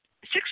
Six